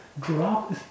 Drop